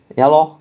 ya lor